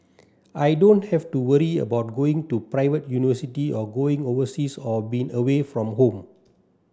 I don't have to worry about going to private university or going overseas or being away from home